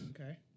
Okay